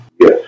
Yes